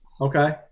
Okay